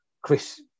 Chris